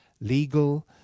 legal